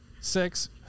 six